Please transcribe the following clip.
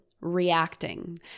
reacting